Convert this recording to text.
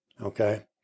Okay